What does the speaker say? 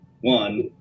one